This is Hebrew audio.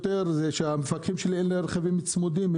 למפקחים שלי אין רכבים צמודים,